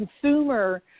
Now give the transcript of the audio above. consumer